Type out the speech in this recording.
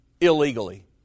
illegally